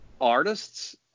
artists